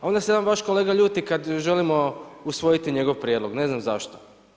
Onda se jedan vaš kolega ljudi, kada želimo usvojiti njegov prijedlog, ne znam zašto.